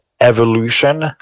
evolution